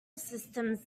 systems